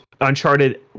Uncharted